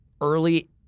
early